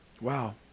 Wow